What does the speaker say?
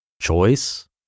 choice